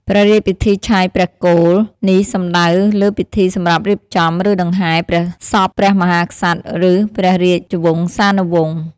ព្រះរាជពិធីឆាយព្រះគោល នេះសំដៅលើពិធីសម្រាប់រៀបចំ ឬដង្ហែព្រះសពព្រះមហាក្សត្រ ឬព្រះរាជវង្សានុវង្ស។